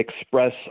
express